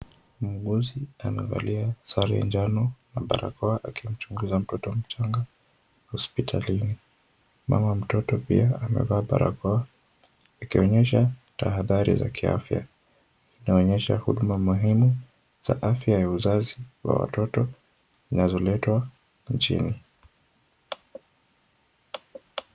Muuguzi amevalia sare njano na barakoa akimchunguza mtoto mchanga hospitalini. Mama mtoto pia amevaa barakoa akionyesha tahadhari za kiafya. Inaonyesha huduma muhimu za afya ya uzazi wa watoto zinazoletwa nchini.